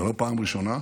זו לא פעם ראשונה.